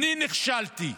אני נכשלתי,